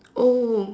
oh